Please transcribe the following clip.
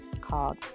called